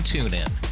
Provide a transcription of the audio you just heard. TuneIn